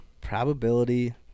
probability